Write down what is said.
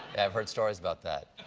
i've heard stories about that.